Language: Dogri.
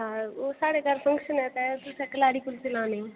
अच्छा ओह् साढ़े घर फंक्शन ऐ तै तुसैं कलाड़ी कुलचे लाने